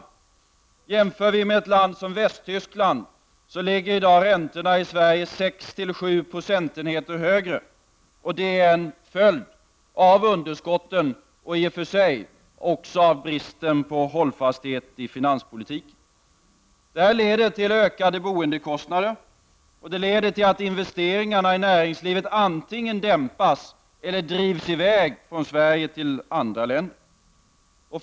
Om vi jämför med ett land som Västtyskland kan vi se att räntorna i Sverige ligger sex sju procentenheter högre. Det är en följd av underskotten och i och för sig också av bristen på hållfasthet i finanspolitiken. Detta leder till ökade boendekostnader. Och det leder till att investeringarna i näringslivet dämpas eller drivs i väg från Sverige till andra länder.